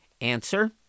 Answer